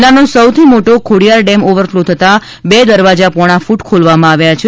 જિલ્લાનો સૌથી મોટો ખોડિથાર ડેમ ઓવરફ્લો થતાં બે દરવાજા પોણો ફ્ટ ખોલવામાં આવ્યો છે